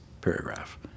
paragraph